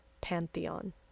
Pantheon